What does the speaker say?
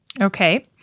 Okay